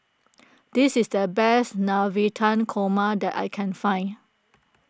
this is the best Navratan Korma that I can find